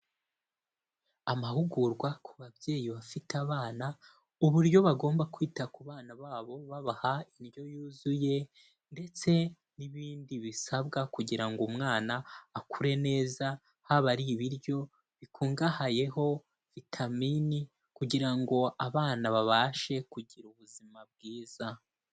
Amahugurwa ku babyeyi bafite abana uburyo bagomba kwita ku bana babo babaha indyo yuzuye ndetse n'ibindi bisabwa kugira ngo umwana akure neza, haba ari ibiryo bikungahayeho vitamini kugira ngo abana babashe kugira ubuzima bwiza.